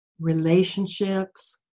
relationships